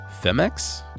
Femex